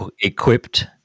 equipped